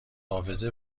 حافظه